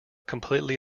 completely